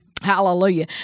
Hallelujah